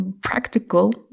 practical